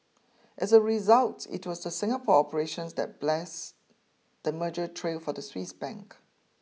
as a result it was the Singapore operations that bless the merger trail for the Swiss bank